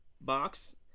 box